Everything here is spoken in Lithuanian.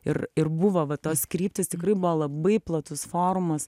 ir ir buvo va tos kryptys tikrai buvo labai platus forumas